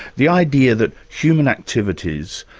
the idea that human activities,